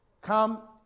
come